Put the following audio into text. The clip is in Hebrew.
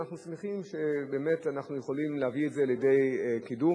ואנחנו שמחים שבאמת אנחנו יכולים להביא את זה לידי קידום,